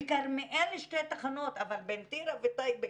בכרמיאל יש שתי תחנות אבל בין טירה וטייבה